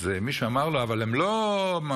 אז מישהו אמר לו: אבל הם לא ממלכתיים,